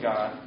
God